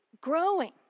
growing